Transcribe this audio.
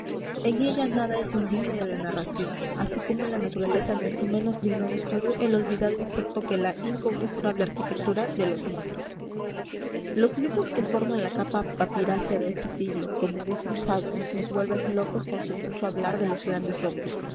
en ella nada es indigno de la narración así como en la naturaleza no es menos digno de estudio el olvidado insecto que la inconmensurable arquitectura de los mundos los libros que forman la capa papirácea de este siglo como dijo un sabio nos vuelven locos con su mucho hablar de los grandes hombres